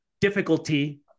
difficulty